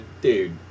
dude